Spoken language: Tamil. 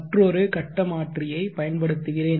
மற்றொரு கட்ட மாற்றியை பயன்படுத்துகிறேன்